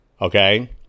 okay